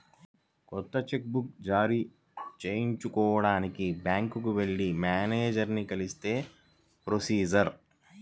కొత్త cheque book జారీ చేయించుకోడానికి బ్యాంకుకి వెళ్లి మేనేజరుని కలిస్తే ప్రొసీజర్